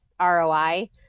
ROI